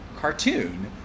cartoon